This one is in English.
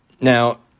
Now